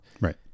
Right